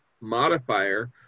modifier